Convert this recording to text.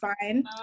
fine